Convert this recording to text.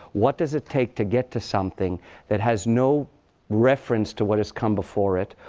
what does it take to get to something that has no reference to what has come before it?